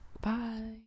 Bye